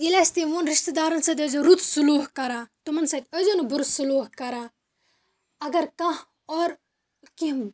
ییٚلہِ اَسہِ تٔمۍ ووٚن رِشتہٕ دارَن سۭتۍ ٲسۍزیو رُت سُلوٗک کران تِمَن سۭتۍ ٲسۍزیو نہٕ بُرٕ سُلوٗک کران اگر کانٛہہ اوٚرٕ کیٚنہہ